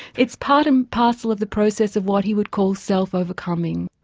it's part and parcel of the process of what he would call self-overcoming.